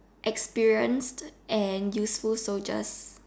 experienced and useful soldiers